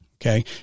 Okay